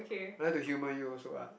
I like to humor you also [what]